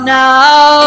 now